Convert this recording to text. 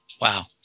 Wow